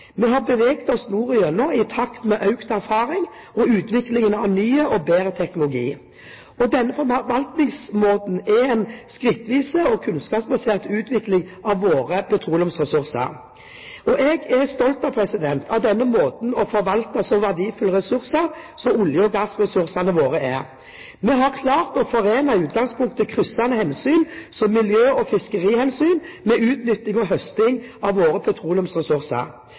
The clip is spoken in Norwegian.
utviklingen av ny og bedre teknologi. Denne forvaltningsmåten er den skrittvise og kunnskapsbaserte utvikling av våre petroleumsressurser. Jeg er stolt av denne måten å forvalte så verdifulle ressurser på som olje- og gassressursene våre. Vi har klart å forene i utgangspunktet kryssende hensyn, som miljø- og fiskerihensyn, med utnytting og høsting av våre petroleumsressurser.